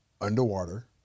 underwater